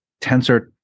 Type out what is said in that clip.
tensor